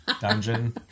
dungeon